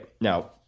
Now